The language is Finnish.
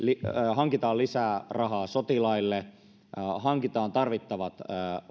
hankimme lisää rahaa sotilaille hankimme tarvittavat